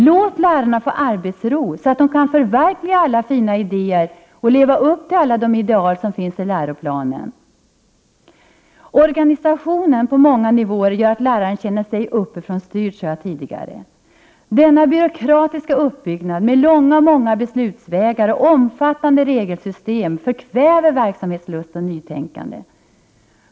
Låt lärarna få arbetsro så att de kan förverkliga alla fina idéer och leva upp till alla ideal som finns i läroplanen! Jag sade tidigare att organisationen på många nivåer gör att läraren känner sig styrd uppifrån. Denna byråkratiska uppbyggnad med långa och många beslutsvägar och med omfattande regelsystem förkväver verksamhetslust och nytänkande.